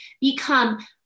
become